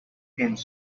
pins